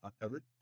Covered